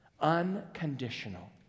unconditional